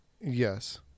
Yes